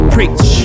Preach